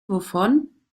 wovon